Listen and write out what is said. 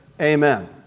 amen